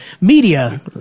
media